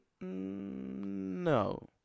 No